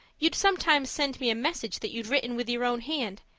you'd sometimes send me a message that you'd written with your own hand,